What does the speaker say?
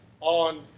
on